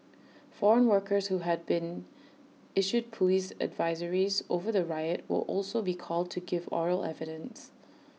foreign workers who had been issued Police advisories over the riot will also be called to give oral evidence